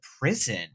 prison